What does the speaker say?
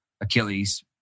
Achilles